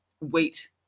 wait